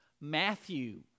Matthew